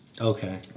Okay